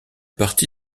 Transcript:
parti